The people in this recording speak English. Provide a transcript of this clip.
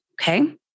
Okay